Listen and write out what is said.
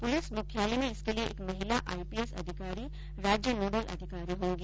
police मुख्यालय में इसके लिये एक महिला आईपीएस अधिकारी राज्य नोडल अधिकारी होगी